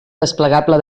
desplegable